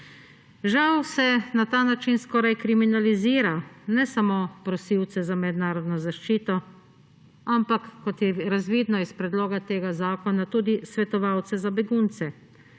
Žal se na ta način skoraj kriminalizira ne samo prosilce za mednarodno zaščito, ampak, kot je razvidno iz predloga tega zakona, tudi svetovalce za begunce,